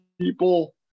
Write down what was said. people